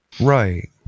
right